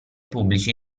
pubblici